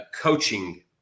coaching